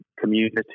community